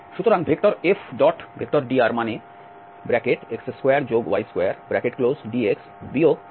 সুতরাং F⋅dr মানে x2y2dx 2xydy